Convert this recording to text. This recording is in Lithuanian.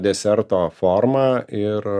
deserto forma ir